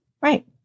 Right